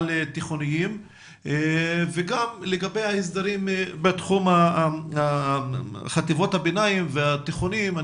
תיכוניים וגם לגבי ההסדרים בתחום חטיבות הביניים והתיכונים,